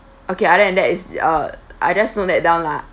okay other than that is uh I just note that down lah